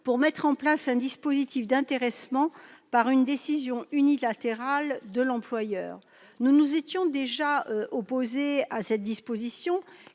pour mettre en place un dispositif d'intéressement, par une décision unilatérale de l'employeur. Nous nous étions déjà opposés à cette disposition,